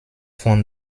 von